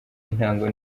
intango